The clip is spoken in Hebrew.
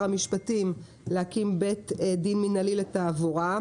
המשפטים להקים בית דין מינהלי לתעבורה,